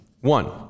One